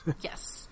Yes